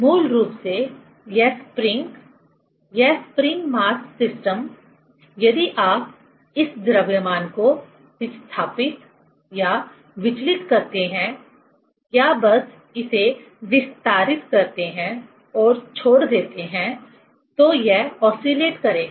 मूल रूप से यह स्प्रिंग यह स्प्रिंग मास सिस्टम यदि आप इस द्रव्यमान को विस्थापित या विचलित करते हैं या बस इसे विस्तारित करते हैं और छोड़ देते हैं तो यह ओसीलेट करेगा